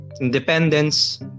independence